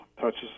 touches